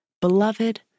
Beloved